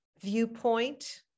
viewpoint